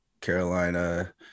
Carolina